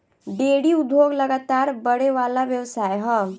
dairy उद्योग लगातार बड़ेवाला व्यवसाय ह